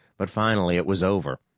but finally it was over,